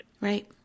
Right